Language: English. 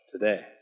today